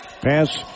Pass